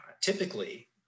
typically